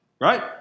right